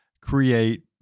create